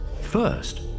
First